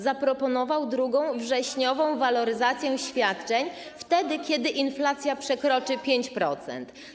Zaproponował drugą wrześniową waloryzację świadczeń, wtedy kiedy inflacja przekroczy 5%.